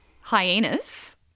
hyenas